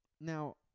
Now